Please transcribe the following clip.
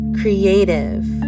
creative